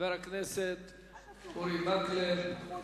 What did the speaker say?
אז כשתעלה הצעת החוק של השר"פ תתמכו בזה.